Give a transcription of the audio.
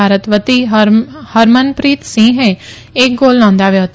ભારત વતી ફરમનપ્રીત સિંહે એક ગોલ નોંધાવ્યો ફતો